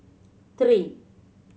three